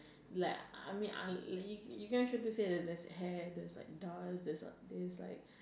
like I mean uh like you guys there's like hair there's like dust there's like this like